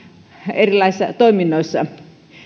erilaisissa toiminnoissa